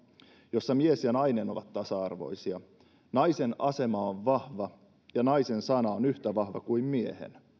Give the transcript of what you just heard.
jossa mies ja nainen ovat tasa arvoisia naisen asema on vahva ja naisen sana on yhtä vahva kuin miehen